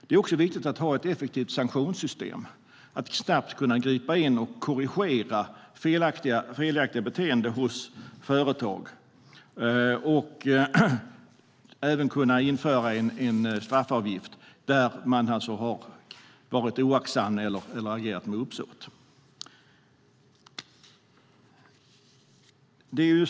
Det är också viktigt att ha ett effektivt sanktionssystem - att snabbt kunna gripa in och korrigera felaktiga beteenden hos företag och även att kunna införa en straffavgift när någon har varit oaktsam eller agerat med uppsåt.